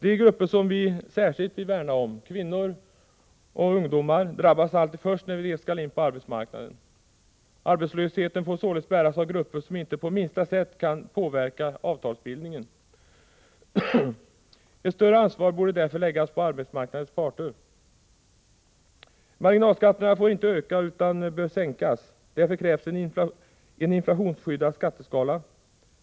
De grupper som vi särskilt vill värna, kvinnor och ungdomar, drabbas alltid först när de skall in på arbetsmarknaden. Arbetslösheten får således bäras av grupper som inte på minsta sätt kan påverka avtalsbildningen. Ett större ansvar borde därför läggas på arbetsmarknadens parter. Marginalskatterna får inte öka utan bör sänkas. Därför krävs en inflationsskyddad skatteskala.